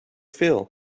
feel